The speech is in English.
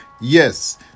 Yes